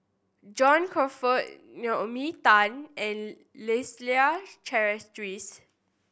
John Crawfurd Naomi Tan and Leslie Charteris